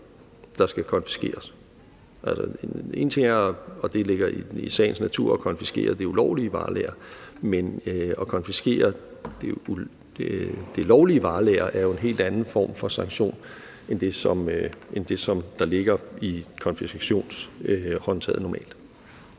der skal konfiskeres. En ting er – og det ligger i sagens natur – at konfiskere det ulovlige varelager, men at konfiskere det lovlige varelager er jo en helt anden form for sanktion end det, som der normalt ligger i konfiskationsredskabet. Kl.